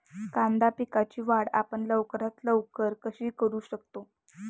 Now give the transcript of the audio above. कांदा पिकाची वाढ आपण लवकरात लवकर कशी करू शकतो?